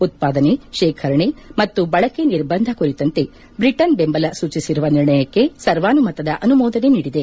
ಉತ್ಪಾದನ್ ಶೇಖರಣೆ ಮತ್ತು ಬಳಕೆ ನಿರ್ಬಂಧ ಕುರಿತಂತೆ ಬ್ರಿಟನ್ ಬೆಂಬಲ ಸೂಚಿಸಿರುವ ನಿರ್ಣಯಕ್ಷಿ ಸರ್ವಾಸುಮತದ ಅನುಮೋದನೆ ನೀಡಿದೆ